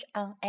on